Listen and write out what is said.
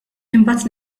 imbagħad